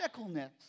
radicalness